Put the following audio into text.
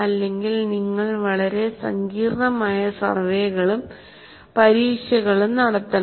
അല്ലെങ്കിൽ നിങ്ങൾ വളരെ സങ്കീർണ്ണമായ സർവേകളും പരീക്ഷകളും നടത്തണം